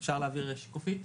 אפשר להעביר שקופית.